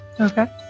Okay